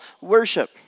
worship